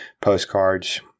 postcards